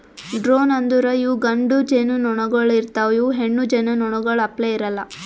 drone ಅಂದುರ್ ಇವು ಗಂಡು ಜೇನುನೊಣಗೊಳ್ ಇರ್ತಾವ್ ಇವು ಹೆಣ್ಣು ಜೇನುನೊಣಗೊಳ್ ಅಪ್ಲೇ ಇರಲ್ಲಾ